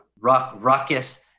ruckus